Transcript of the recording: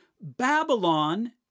Babylon